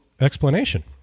explanation